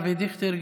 אבי דיכטר,